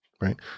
right